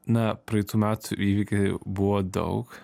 na praeitų metų įvykiai buvo daug